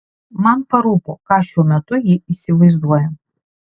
man parūpo ką šiuo metu ji įsivaizduoja